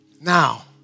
Now